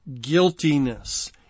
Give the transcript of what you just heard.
guiltiness